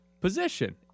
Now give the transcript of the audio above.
position